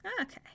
Okay